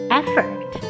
effort